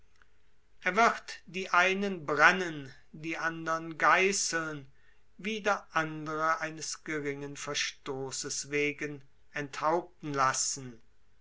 er wird die einen brennen die andern geißeln wieder andere eines geringen verstoßes wegen enthaupten lassen